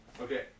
Okay